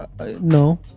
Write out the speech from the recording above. No